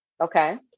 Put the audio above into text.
Okay